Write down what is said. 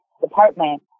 department